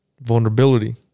Vulnerability